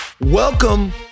Welcome